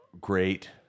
great